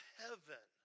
heaven